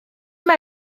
wedi